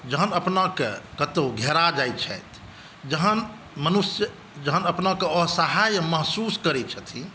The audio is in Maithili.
जहन अपनाकेँ कतौ घेरा जाइ छथि जहन मनुष्य जहन अपनाके असहाय महसूस करै छथिन